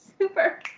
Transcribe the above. Super